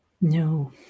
No